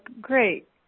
Great